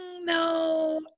no